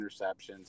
interceptions